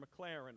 McLaren